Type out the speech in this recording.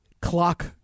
clock